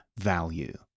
value